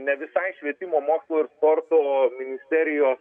ne visai švietimo mokslo ir sporto ministerijos